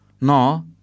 no